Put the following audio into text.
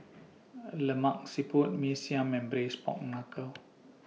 Lemak Siput Mee Siam and Braised Pork Knuckle